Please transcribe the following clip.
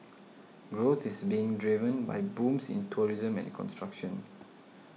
growth is being driven by booms in tourism and construction